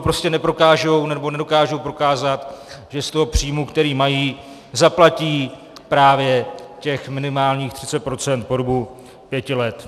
Prostě neprokážou, nebo nedokážou prokázat, že z toho příjmu, který mají, zaplatí právě těch minimálních 30 % po dobu pěti let.